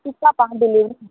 कितल्यांक पावोंव डिलिव्हरी